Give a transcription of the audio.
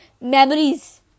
memories